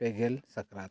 ᱯᱮ ᱜᱮᱞ ᱥᱟᱠᱨᱟᱛ